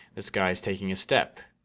this guy is taking a step.